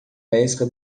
pesca